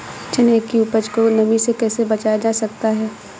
चने की उपज को नमी से कैसे बचाया जा सकता है?